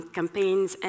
campaigns